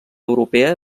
europea